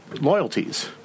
loyalties